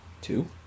Two